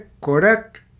Correct